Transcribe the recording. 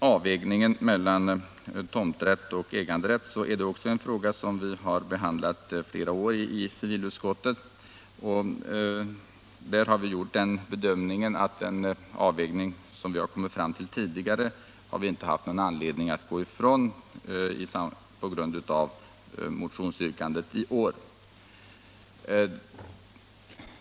Avvägningen mellan tomträtt och äganderätt är också en fråga som vi i flera år har behandlat i civilutskottet. Vi har bedömt det så att det inte funnits anledning att gå ifrån den avvägning som vi tidigare har kommit fram till.